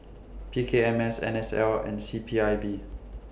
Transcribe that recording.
P K M S N S L and C P I B